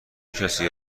کسی